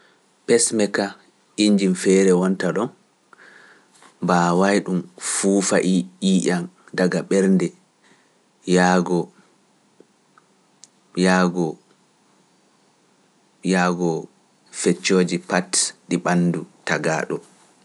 Pesmeka inji feere wonta ɗo mbaawaay ɗum fuufa yi’i’an daga ɓernde yaago feccooji pat ɗi ɓanndu tagaa ɗo.